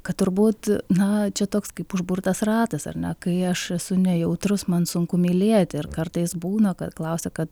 kad turbūt na čia toks kaip užburtas ratas ar ne kai aš esu nejautrus man sunku mylėti ir kartais būna kad klausia kad